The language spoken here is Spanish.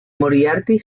moriarty